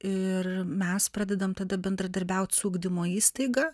ir mes pradedam tada bendradarbiaut su ugdymo įstaiga